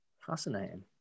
Fascinating